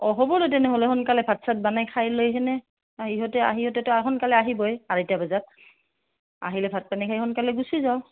অঁ হ'ব দে তেনেহ'লে সোনকালে ভাত চাত বনাই খাই লৈ কেনে ইহঁতে আহি ইহঁতেটো সোনকালে আহিবই আঢ়ৈটা বজাত আহিলে ভাত পানী খাই সোনকালে গুচি যাওঁ